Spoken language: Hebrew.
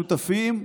מה שלשותפים,